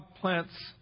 plants